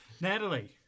Natalie